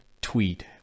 tweet